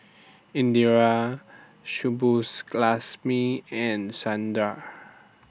Indira Subbulakshmi and Sundar